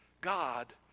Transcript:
God